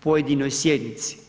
pojedinoj sjednici.